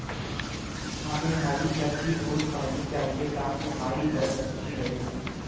हमे हरी सब्जी रोज़ खानी चाहिए ताकि हमारी हेल्थ अच्छी रहे